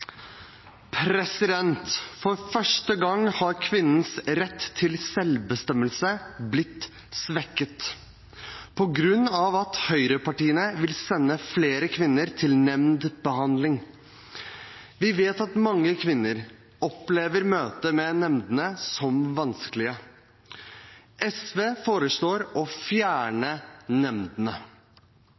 forslag. For første gang har kvinnens rett til selvbestemmelse blitt svekket – på grunn av at høyrepartiene vil sende flere kvinner til nemndbehandling. Vi vet at mange kvinner opplever møtet med nemnden som vanskelig. SV foreslår å fjerne nemndene.